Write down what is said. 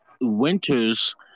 winters